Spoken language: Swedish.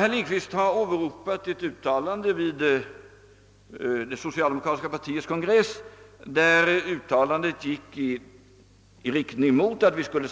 Herr Lindkvist åberopade ett uttalande vid den socialdemockratiska partikongressen, vilket avsåg en sänkning av basannuiteten.